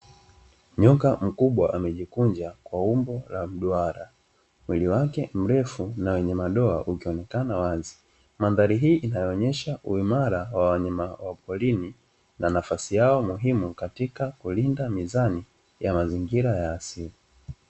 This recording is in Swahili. Nyoka mkubwa amejikunja kwa umbo la mduara mwili wake mrefu na wenye madoa ukionekana wazi, mandhari hii inaonyesha uimara wanyama wa porini na nafasi yao muhimu katika kulinda mizani ya mazingira ya asili.